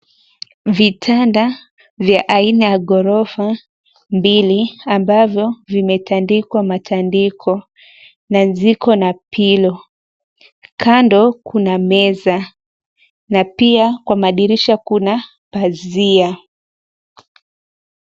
Vitanda vya aina vya ghorofa mbili ambavyo vimetandikwa matandiko na viko na cs[pillow]cs. Kando kuna meza na pia kwa madirisha kuna pazia.